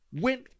went